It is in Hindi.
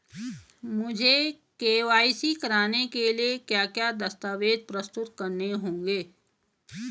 मुझे के.वाई.सी कराने के लिए क्या क्या दस्तावेज़ प्रस्तुत करने होंगे?